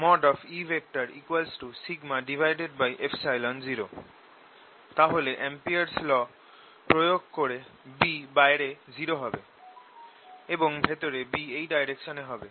E 0 তাহলে Ampere's law Amperes law প্রয়োগ করে B বাইরে 0 হবে এবং ভেতরে B এই ডাইরেকশনে হবে